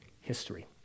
history